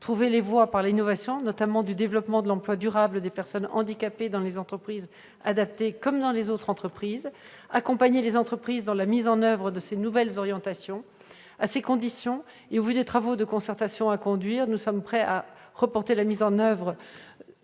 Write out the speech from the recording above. trouver les voies, par l'innovation notamment, du développement de l'emploi durable des personnes handicapées dans les entreprises adaptées comme dans les autres entreprises et accompagner les entreprises dans la mise en oeuvre de ces nouvelles orientations. À ces conditions et au vu des travaux de concertation à conduire, nous sommes prêts à reporter la mise en oeuvre